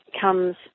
comes